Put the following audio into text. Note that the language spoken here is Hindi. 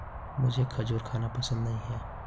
मुझें खजूर खाना पसंद नहीं है